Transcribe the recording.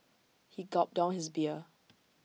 he gulped down his beer